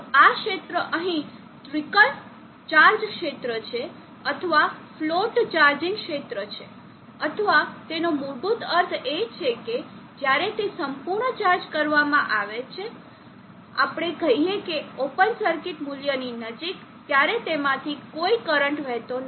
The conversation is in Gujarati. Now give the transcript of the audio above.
તો આ ક્ષેત્ર અહીં ટ્રિકલ ચાર્જ ક્ષેત્ર છે અથવા ફ્લોટ ચાર્જિંગ ક્ષેત્ર છે અથવા તેનો મૂળભૂત અર્થ એ છે કે જ્યારે તેને સંપૂર્ણ ચાર્જ કરવામાં આવે છે ચાલો આપણે કહીએ કે ઓપન સર્કિટ મૂલ્યની નજીક ત્યાંરે તેમાંથી કોઈ કરંટ વહેતો નથી